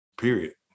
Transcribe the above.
Period